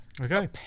Okay